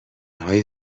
های